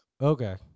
Okay